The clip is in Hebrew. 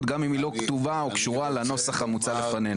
גם אם היא לא כתובה או קשורה לנוסח המוצע בפנינו.